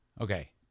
Okay